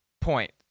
point